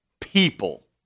people